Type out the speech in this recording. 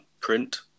print